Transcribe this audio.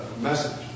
message